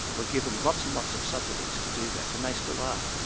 were given lots and lots of subsidies to do that, and they still are.